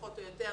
פחות או יותר.